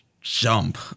jump